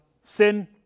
sin